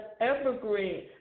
evergreen